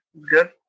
Good